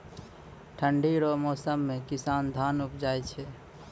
ठंढी रो मौसम मे किसान धान उपजाय छै